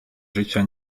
życia